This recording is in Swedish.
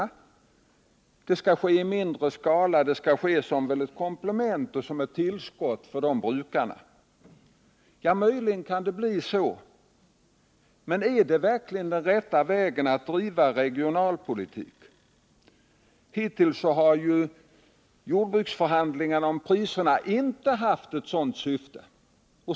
Produktionen skall ske i mindre skala såsom ett komplement eller tillskott till jordbruksproduktionen. Möjligen kan det bli så, men är det verkligen den rätta vägen att driva regionalpolitik? Hittills har ju förhandlingarna om priserna på jordbruksprodukter inte haft ett sådant syfte.